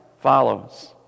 follows